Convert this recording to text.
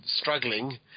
struggling